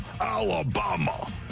Alabama